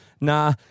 nah